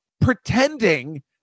pretending